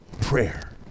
prayer